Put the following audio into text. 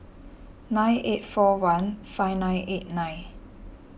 nine eight four one five nine eight nine